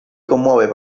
commuove